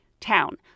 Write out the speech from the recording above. town